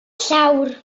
llawr